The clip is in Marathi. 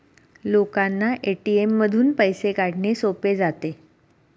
लोकांना ए.टी.एम मधून पैसे काढणे सोपे जाते